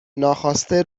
ناخواسته